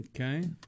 okay